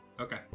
Okay